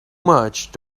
much